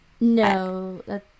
No